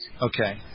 Okay